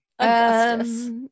Augustus